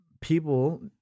people